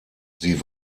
sie